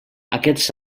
aquests